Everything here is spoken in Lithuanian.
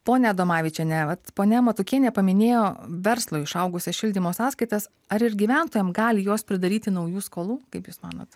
ponia adomavičiene vat ponia matukienė paminėjo verslui išaugusias šildymo sąskaitas ar ir gyventojam gali jos pridaryti naujų skolų kaip jūs manot